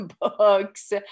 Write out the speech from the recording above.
books